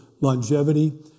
longevity